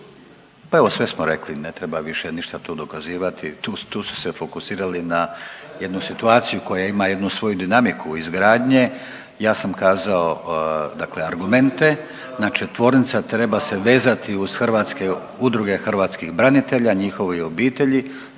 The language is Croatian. Pa evo sve smo rekli, ne treba više ništa tu dokazivati, tu, tu su se fokusirali na jednu situaciju koja ima jednu svoju dinamiku izgradnje. Ja sam kazao dakle argumente, znači tvornica treba se vezati uz hrvatske, udruge hrvatskih branitelja i njihove obitelji,